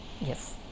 Yes